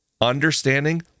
Understanding